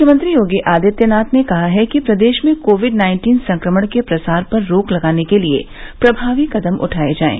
मुख्यमंत्री योगी आदित्यनाथ ने कहा है कि प्रदेश में कोविड नाइन्टीन संक्रमण के प्रसार पर रोक लगाने के लिये प्रमावी कदम उठाये जाएं